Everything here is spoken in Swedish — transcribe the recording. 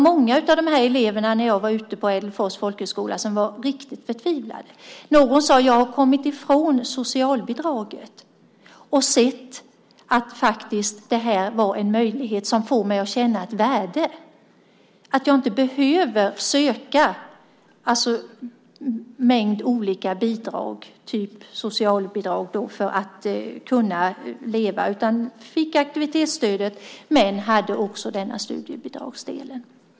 Många av de elever jag träffade när jag var på Ädelfors folkhögskola var riktigt förtvivlade. Någon sade: Jag har kommit ifrån socialbidraget och sett att detta var en möjlighet som får mig att känna ett värde. Jag behöver inte söka en mängd olika bidrag, till exempel socialbidrag, för att leva när jag får aktivitetsstöd och studiebidrag.